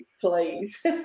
please